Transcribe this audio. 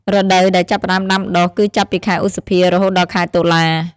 រដូវដែលចាប់ផ្តើមដាំដុះ គឺចាប់ពីខែឧសភា រហូតដល់ខែតុលា។